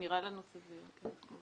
זה נראה לנו סביר, כן.